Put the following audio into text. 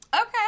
Okay